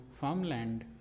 farmland